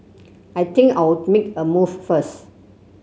I think I'll make a move first